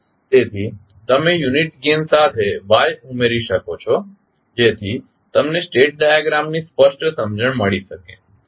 તેથી તમે unit gain સાથે y ઉમેરી શકો છો જેથી તમને સ્ટેટ ડાયાગ્રામ ની સ્પષ્ટ સમજણ મળી શકે